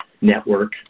network